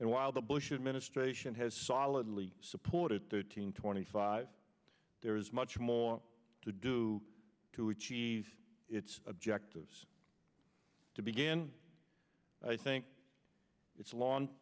and while the bush administration has solidly supported thirteen twenty five there is much more to do to achieve its objectives to begin i think it's l